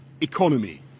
economy